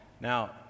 Now